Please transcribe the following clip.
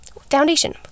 foundation